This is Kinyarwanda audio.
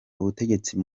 ubutegetsi